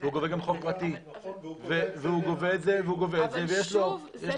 והוא גובה גם חוב פרטי והוא גובה את זה ויש לו חוק